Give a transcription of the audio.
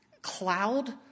cloud